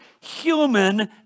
Human